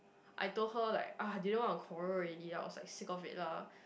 I told her like ah didn't want to quarrel already lah I was like sick of it lah